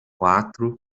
quatro